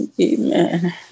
Amen